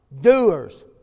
Doers